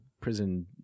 prison